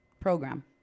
program